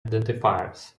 identifiers